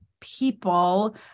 people